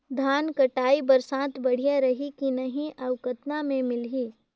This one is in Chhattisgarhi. धान कटाई बर साथ बढ़िया रही की नहीं अउ कतना मे मिलही?